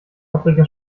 paprika